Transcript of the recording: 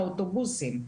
לאוטובוסים.